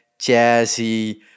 jazzy